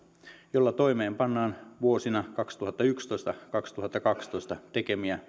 jolla toimeenpannaan vuosina kaksituhattayksitoista viiva kaksituhattakaksitoista tehtyjä